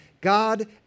God